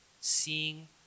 Seeing